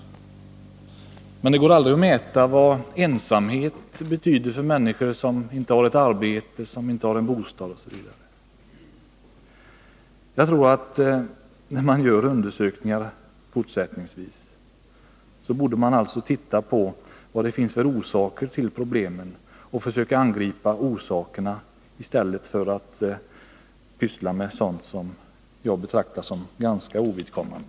Men det går aldrig att mäta vad ensamhet betyder för människor som inte har ett arbete och som inte har en bostad. Jag tror att man när man fortsättningsvis gör undersökningar bör titta på vad det finns för orsaker till problemen och försöka angripa dessa orsaker i stället för att pyssla med sådant som jag betraktar som ganska ovidkommande.